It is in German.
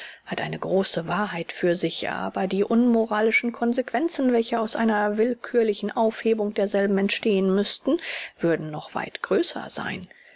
hat eine große wahrheit für sich aber die unmoralischen consequenzen welche aus einer willkürlichen aufhebung derselben entstehen müßten würden noch weit größer sein